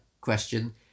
question